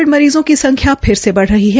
Covid मरीजों की संख्या फिर से बढ़ रही है